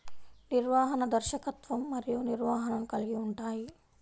నిర్వహణ, దర్శకత్వం మరియు నిర్వహణను కలిగి ఉంటాయి